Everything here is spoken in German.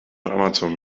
amazon